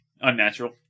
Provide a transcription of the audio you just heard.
Unnatural